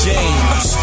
James